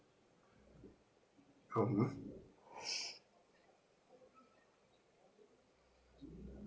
how much